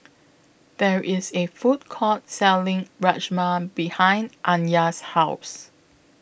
There IS A Food Court Selling Rajma behind Anya's House